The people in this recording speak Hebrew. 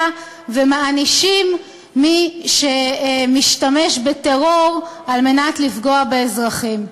ומענישים מי שמשתמש בטרור כדי לפגוע באזרחים.